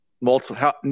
multiple